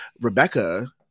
Rebecca